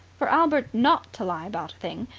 for albert not to lie about a thing,